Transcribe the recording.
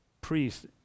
priest